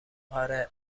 اره